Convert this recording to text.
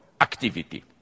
activity